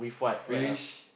fish